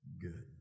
good